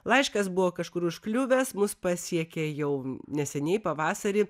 laiškas buvo kažkur užkliuvęs mus pasiekė jau neseniai pavasarį